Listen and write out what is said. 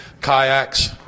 Kayaks